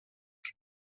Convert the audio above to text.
que